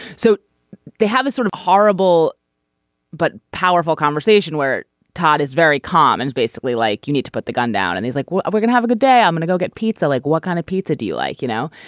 so they have a sort of horrible but powerful conversation where todd is very calm and basically like you need to put the gun down and he's like well we're gonna have a good day i'm going to go get pizza. like what kind of pizza do you like. you know.